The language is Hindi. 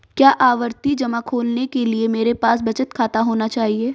क्या आवर्ती जमा खोलने के लिए मेरे पास बचत खाता होना चाहिए?